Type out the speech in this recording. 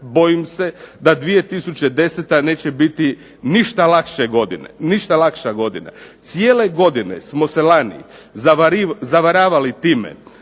Bojim se da 2010. neće biti ništa lakša godina. Cijele godine smo se lani zavaravali time